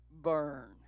burn